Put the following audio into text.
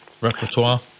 repertoire